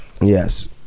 Yes